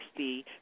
60